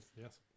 Yes